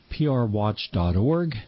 prwatch.org